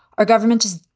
our government is.